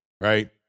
right